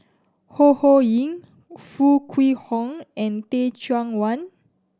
Ho Ho Ying Foo Kwee Horng and Teh Cheang Wan